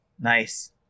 Nice